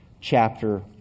chapter